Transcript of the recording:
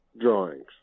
drawings